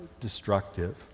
destructive